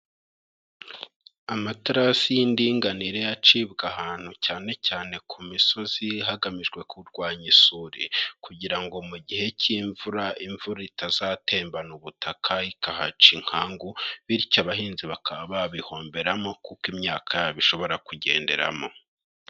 Amaterasi y'indinganire acibwa ahantu cyane cyane ku misozi, hagamijwe kurwanya isuri kugira ngo mu gihe cyk'imvura, imvura itazatembana ubutaka ikahaca inkangu, bityo abahinzi bakaba babihomberamo kuko imyaka yabo ishobora kugenderamo.